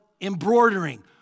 embroidering